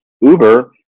Uber